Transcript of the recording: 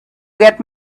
get